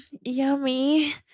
Yummy